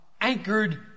anchored